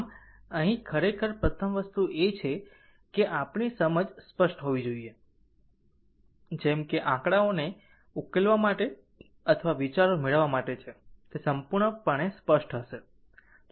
આમ અહીં ખરેખર પ્રથમ વસ્તુ એ છે કે આપણી સમજ સ્પષ્ટ હોવી જોઈએ જેમ કે આંકડાઓને ઉકેલવા માટે અથવા વિચારો મેળવવા માટે છે તે સંપૂર્ણ સ્પષ્ટ હશે